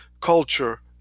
culture